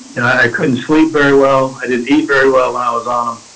and i couldn't sleep very well. i didn't eat very well. i was on them